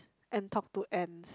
and talk to ants